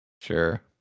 Sure